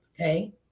Okay